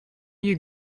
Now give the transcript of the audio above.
you